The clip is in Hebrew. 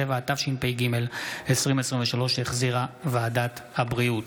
67), התשפ"ג 2023, שהחזירה ועדת הבריאות.